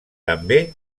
també